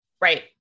Right